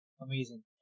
Amazing